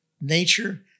nature